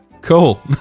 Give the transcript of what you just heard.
Cool